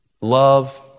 love